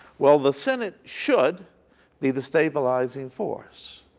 well the senate should be the stabilizing force.